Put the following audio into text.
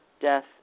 death